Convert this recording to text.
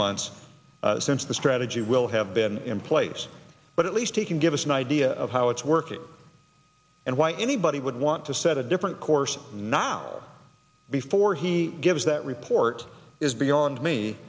months since the strategy will have been in place but at least give us an idea of how it's working and why anybody would want to set a different course not hours before he gives that report is beyond me